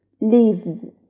leaves